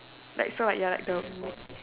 like so like you are like the mi